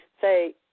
say